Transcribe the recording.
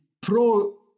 pro